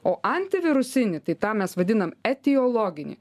o antivirusinį tai tą mes vadinam etiologinį